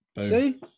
see